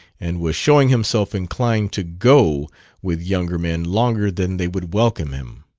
and was showing himself inclined to go with younger men longer than they would welcome him.